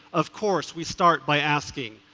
of course we start by asking,